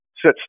sit